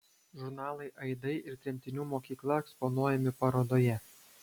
žurnalai aidai ir tremtinių mokykla eksponuojami parodoje